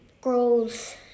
grows